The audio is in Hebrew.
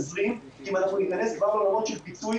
מגזרים שנפגעו באופן אולי החמור ביותר,